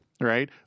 right